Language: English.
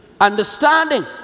understanding